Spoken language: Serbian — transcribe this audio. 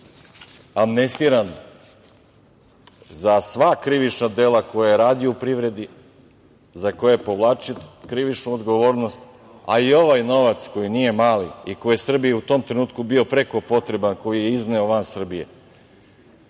amnestiran za sva krivična dela koja je radio u privredi, za koje je povlačio krivičnu odgovornost, a i ovaj novac koji nije mali i koji je Srbiji u tom trenutku bio preko potreban, koji je izneo van Srbije.